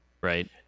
right